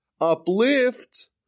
uplift